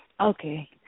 Okay